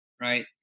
right